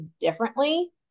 differently